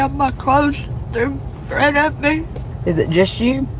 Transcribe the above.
um my clothes do nothing is it just you.